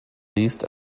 least